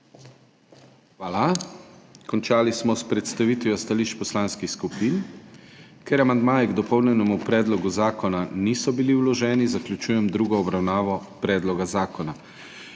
Hvala. Končali smo s predstavitvijo stališč poslanskih skupin. Ker amandmaji k dopolnjenemu predlogu zakona niso bili vloženi, zaključujem drugo obravnavo predloga zakona.